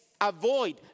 avoid